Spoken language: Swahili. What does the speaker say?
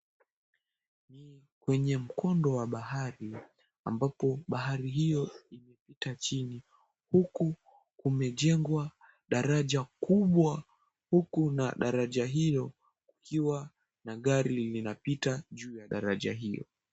Kwenye mkondo wa bahari, ambapo bahari hiyo imepita chini, huku kumejengwa daraja kubwa huku na daraja hiyo ikiwa na gari linapita juu ya daraja hiyo.